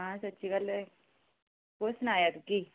आं सच्ची गल्ल होई कुस सनाया तुकी